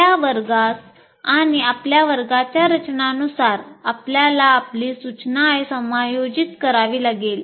आपल्या वर्गास आणि आपल्या वर्गाच्या रचनानुसार आपल्याला आपली सूचना समायोजित करावी लागेल